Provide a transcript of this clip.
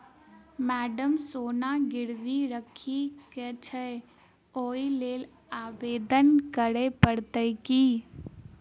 Madam सोना गिरबी राखि केँ छैय ओई लेल आवेदन करै परतै की?